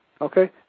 Okay